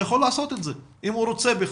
הוא יכול לעשות את זה אם הוא רוצה בכך.